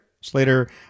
Slater